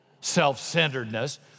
self-centeredness